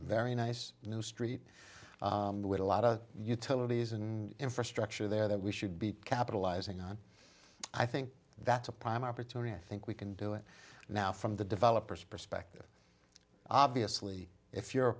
very nice new street with a lot of utilities in infrastructure there that we should be capitalizing on i think that's a prime opportunity i think we can do it now from the developers perspective obviously if you're a